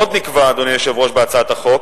עוד נקבע, אדוני היושב-ראש, בהצעת החוק